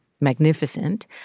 magnificent